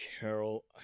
Carol